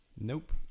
Nope